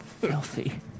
Filthy